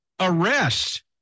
arrest